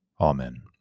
Amen